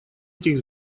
этих